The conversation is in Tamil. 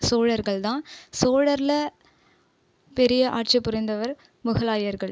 சோழர்கள் தான் சோழரில் பெரிய ஆட்சி புரிந்தவர் முகலாயர்கள்